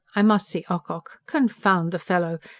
i must see ocock confound the fellow!